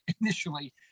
initially